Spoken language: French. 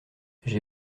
j’ai